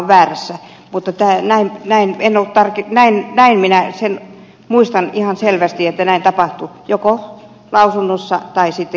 sasi korjaa jos minä olen väärässä mutta minä muistan ihan selvästi että näin tapahtui joko lausunnossa tai keskustelun yhteydessä